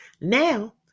Now